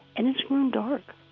and it's grown dark,